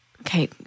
Okay